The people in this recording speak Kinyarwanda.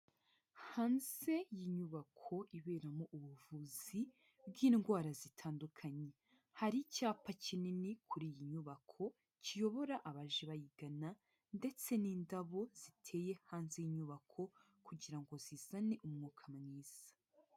Hanze y'inyubako iberamo ubuvuzi bw'indwara zitandukanye, hari icyapa kinini kuri iyi nyubako kiyobora abaje bayigana ndetse n'indabo ziteye hanze y'inyubako kugira ngo zizane umwuka mwiza.